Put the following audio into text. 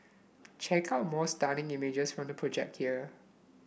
check out more stunning images from the project here